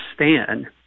understand